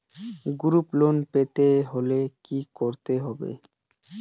Group loan পেতে হলে কি করতে হবে?